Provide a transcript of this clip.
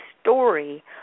story